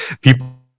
People